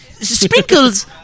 Sprinkles